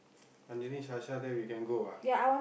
Anjali Sasha then we can go ah